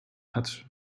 hat